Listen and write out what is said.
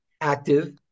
active